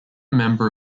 member